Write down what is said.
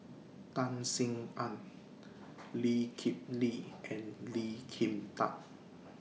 Tan Sin Aun Lee Kip Lee and Lee Kin Tat